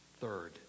Third